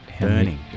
burning